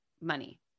money